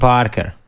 Parker